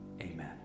Amen